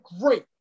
great